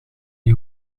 die